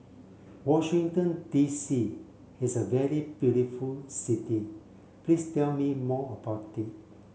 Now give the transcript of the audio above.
Washington D C is a very beautiful city please tell me more about it